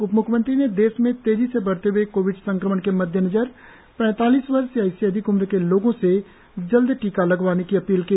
उप मूख्यमंत्री ने देश में तेजी से बढ़ते हए कोविड संक्रमण के मद्देनजर पैतालीस वर्ष या इससे अधिक उम्र के लोगों से जल्द टीका लगवाने की अपील की